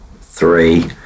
three